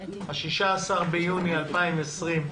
16 ביוני 2020,